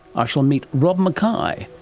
ah shall meet robert mackay.